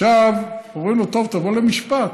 עכשיו אומרים לו: טוב, תבוא למשפט.